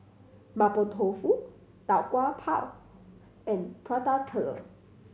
Mapo Tofu Tau Kwa Pau and Prata Telur